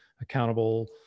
accountable